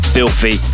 Filthy